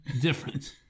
Different